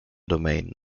domain